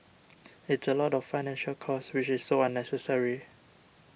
it's a lot of financial cost which is so unnecessary